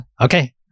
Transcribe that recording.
okay